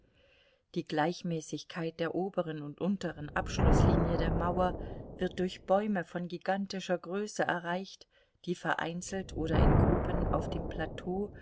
die gleichmäßigkeit der oberen und unteren abschlußlinie der mauer wird durch bäume von gigantischer größe erreicht die vereinzelt oder in gruppen auf dem plateau